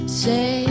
say